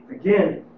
again